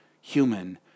human